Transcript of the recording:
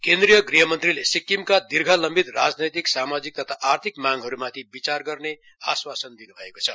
केन्द्रीय ग्रहमन्त्रीले सिक्किमका दीर्धलम्वित राजनैतिक सामाजिक तथा आर्थिक माँगहरू माथि विचार गर्ने आश्वासन दिन्भएको छ